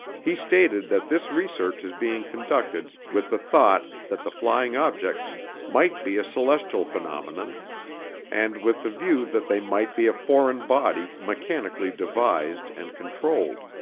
he stated that this research is being conducted with the thought that the flying objects might be a celestial phenomenon and with the view that they might be a foreign body mechanically devised and controlled.